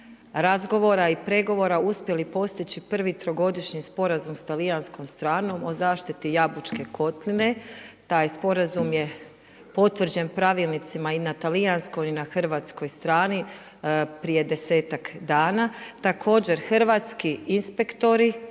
razgovora i pregovora uspjeli postići prvi trogodišnji sporazum s talijanskom stranom o zaštiti Jabučke kotline. Taj sporazum je potvrđen pravilnicima i na talijanskoj i na hrvatskoj strani prije desetak dana. Također hrvatski inspektori